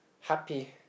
happy